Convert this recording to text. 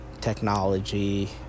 technology